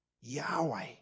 Yahweh